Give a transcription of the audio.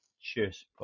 Cheers